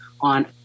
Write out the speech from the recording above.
on